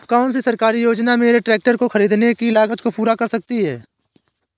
कौन सी सरकारी योजना मेरे ट्रैक्टर को ख़रीदने की लागत को पूरा कर सकती है?